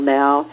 now